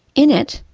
in it,